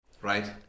right